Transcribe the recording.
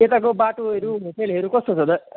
यताको बाटाहरू होटेलहरू कस्तो छ त